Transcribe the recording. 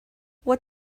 what